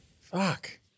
Fuck